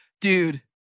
dude